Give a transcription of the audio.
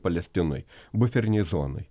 palestinoj buferinėj zonoj